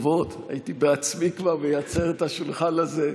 טובות הייתי בעצמי כבר מייצר את השולחן הזה.